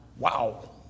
Wow